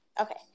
Okay